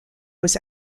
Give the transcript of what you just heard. was